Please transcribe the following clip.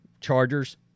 Chargers